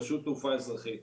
רשות תעופה אזרחית,